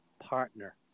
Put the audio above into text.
Partner